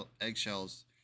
eggshells